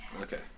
Okay